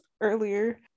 earlier